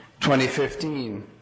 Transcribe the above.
2015